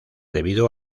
debido